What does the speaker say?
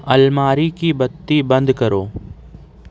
الماری کی بتی بند کرو